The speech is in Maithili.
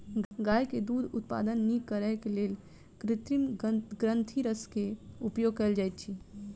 गाय के दूध उत्पादन नीक करैक लेल कृत्रिम ग्रंथिरस के उपयोग कयल जाइत अछि